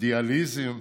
אידיאליזם.